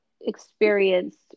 experienced